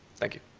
thank you.